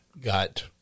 got